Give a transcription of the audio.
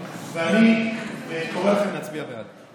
אני קורא לכם להצביע בעד.